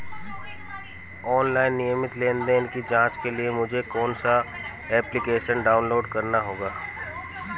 Online नियमित लेनदेन की जांच के लिए मुझे कौनसा एप्लिकेशन डाउनलोड करना होगा?